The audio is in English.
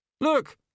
Look